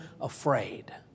afraid